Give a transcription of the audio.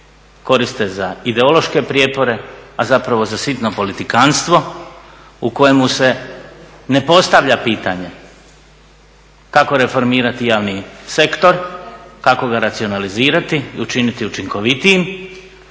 koriste za ideološke prijepore, a zapravo za sitno politikanstvo u kojemu se ne postavlja pitanje kako reformirati javni sektor, kako ga racionalizirati i učiniti učinkovitijim,